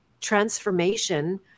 transformation